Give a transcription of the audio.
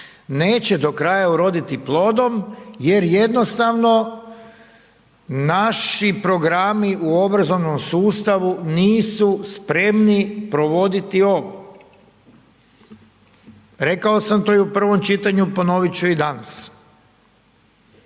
neće do kraja uroditi plodom jer jednostavno naši programi u obrazovnom sustavu nisu spremni provoditi ovo, rekao sam to i u prvom čitanju, ponovit ću i danas,